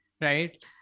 right